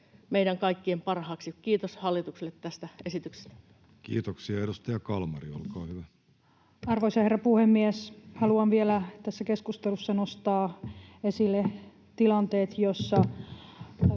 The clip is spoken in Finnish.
meidän kaikkien parhaaksi. — Kiitos hallitukselle tästä esityksestä. Kiitoksia. — Edustaja Kalmari, olkaa hyvä. Arvoisa herra puhemies! Haluan vielä tässä keskustelussa nostaa esille tilanteet, joissa